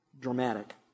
dramatic